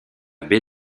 baie